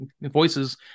voices